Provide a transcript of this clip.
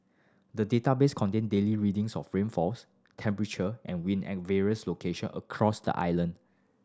the database contain daily readings of rainfalls temperature and wind at various location across the island